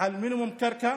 על מינימום קרקע,